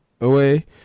away